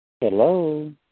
Hello